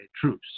truce